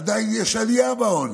עדיין יש עלייה בעוני,